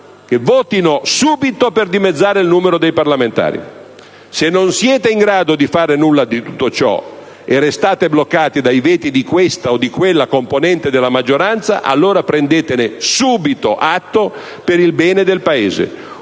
votino subito per dimezzare il numero dei parlamentari. Se non siete in grado di fare nulla di tutto ciò - e restate bloccati dai veti di questa o di quella componente della maggioranza - allora prendetene subito atto, per il bene del Paese.